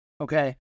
okay